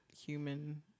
human